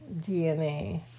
DNA